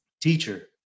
teacher